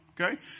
Okay